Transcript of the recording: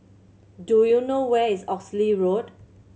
do you know where is Oxley Road